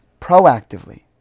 proactively